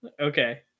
Okay